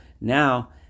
now